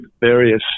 various